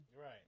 right